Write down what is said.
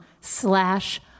slash